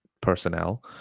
personnel